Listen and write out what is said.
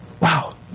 wow